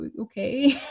okay